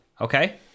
Okay